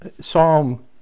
Psalm